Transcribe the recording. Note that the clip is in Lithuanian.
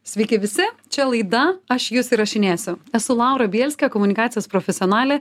sveiki visi čia laida aš jus įrašinėsiu esu laura bielskė komunikacijos profesionalė